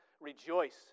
rejoice